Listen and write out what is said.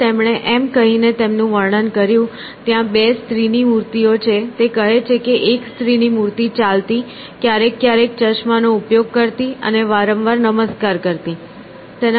અને તેમણે એમ કહીને તેમનું વર્ણન કર્યું ત્યાં 2 સ્ત્રીની મૂર્તિઓ છે તે કહે છે એક સ્ત્રીની મૂર્તિ ચાલતી ક્યારેક ક્યારેક ચશ્માનો ઉપયોગ કરતી અને વારંવાર નમસ્કાર કરતી